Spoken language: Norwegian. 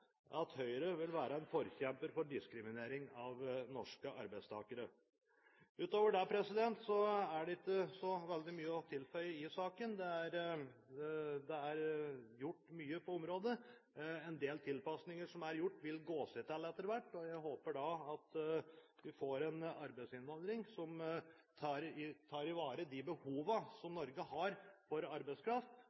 at Høyre vil være en forkjemper for diskriminering av norske arbeidstakere. Utover det er det ikke så mye å tilføye i saken. Det er gjort mye på området. En del tilpasninger som er gjort, vil gå seg til etter hvert. Jeg håper at vi får en arbeidsinnvandring som